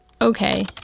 Okay